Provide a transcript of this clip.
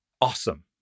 awesome